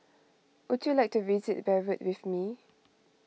would you like to visit Beirut with me